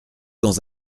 dans